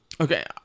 okay